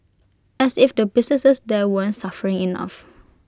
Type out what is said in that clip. as if the businesses there weren't suffering enough